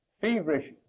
feverish